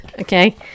okay